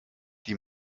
die